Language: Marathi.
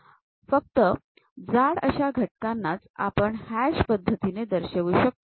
फक्त जाड अशा घटकांनाच आपण हॅश पद्धतीने दर्शवू शकतो